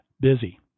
busy